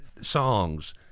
songs